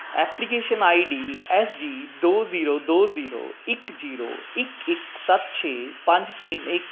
application I D S G ਦੋ zero ਦੋ zero ਇੱਕ ਜ਼ੀਰੋ ਇੱਕ ਇੱਕ ਸੱਤ ਛੇ ਪੰਜ ਤਿੰਨ ਇੱਕ